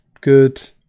good